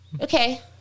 Okay